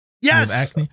Yes